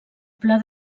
pla